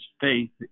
faith